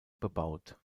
bebaut